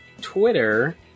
Twitter